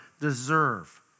deserve